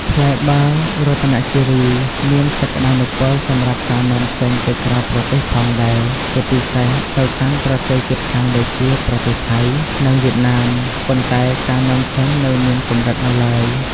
ផ្លែបឺររតនគិរីក៏មានសក្ដានុពលសម្រាប់ការនាំចេញទៅក្រៅប្រទេសផងដែរ ជាពិសេសទៅកាន់ប្រទេសជិតខាងដូចជាប្រទេសថៃ និងវៀតណាម ប៉ុន្តែការនាំចេញនៅមានកម្រិតនៅឡើយ។